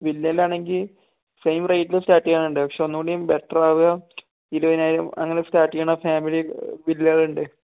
വില്ലയിലാണെങ്കിൽ same റേറ്റിൽ start ചെയ്യണുണ്ട് പക്ഷേ ഒന്നുകൂടി ബെറ്ററാവുക ഇരുപതിനായിരം അങ്ങനെ സ്റ്റാർട്ട് ചെയ്യണ ഫാമിലി വില്ലകളുണ്ട്